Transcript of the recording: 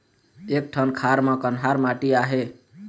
एक ठन खार म कन्हार माटी आहे?